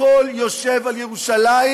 הכול יושב על ירושלים,